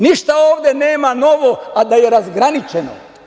Ništa ovde nema novo, a da je razgraničeno.